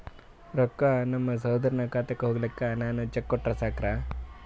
ರೊಕ್ಕ ನಮ್ಮಸಹೋದರನ ಖಾತಕ್ಕ ಹೋಗ್ಲಾಕ್ಕ ನಾನು ಚೆಕ್ ಕೊಟ್ರ ಸಾಕ್ರ?